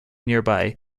nearby